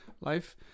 life